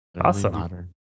Awesome